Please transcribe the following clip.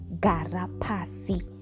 Garapasi